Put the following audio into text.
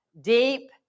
Deep